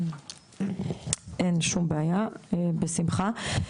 אין שום בעיה, בשמחה.